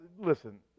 listen